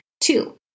Two